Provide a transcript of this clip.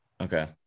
okay